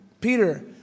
Peter